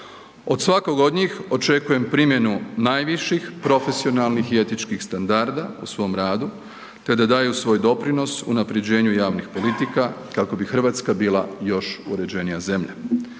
Od svakog od njih očekujem primjenu najviših profesionalnih i etičkih standarda u svom radu te da daju svoj doprinos unaprjeđenju javnih politika kako bi Hrvatska bila još uređenija zemlja.